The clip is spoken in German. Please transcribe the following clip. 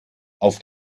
auf